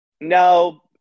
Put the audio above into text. no